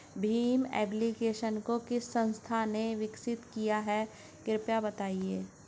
Bhim application को किस संस्था ने विकसित किया है कृपया बताइए?